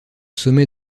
sommet